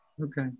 Okay